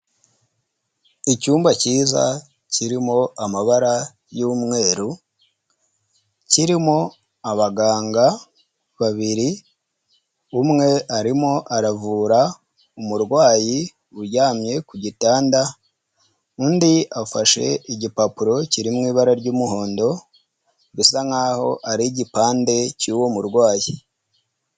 Icyumba kiza kirimo amabara y'umweru, kirimo abaganga babiri, umwe arimo aravura umurwayi uryamye ku gitanda, undi afashe igipapuro kiri mu ibara ry'umuhondo bisa nkaho ari igipande cy'uwo murwayi.